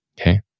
Okay